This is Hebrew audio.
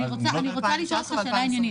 אני רוצה לשאול אותך שאלה עניינית.